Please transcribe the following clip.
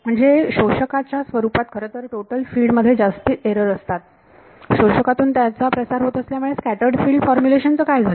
म्हणजे शोषका च्या स्वरूपात खरंतर टोटल फीड मध्ये जास्त एरर असतात शोषकातून त्याचा प्रसार होत असल्यामुळे स्कॅटरर्ड फिल्ड फॉर्मुलेशन चे काय झाले